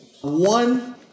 One